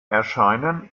erscheinen